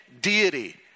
deity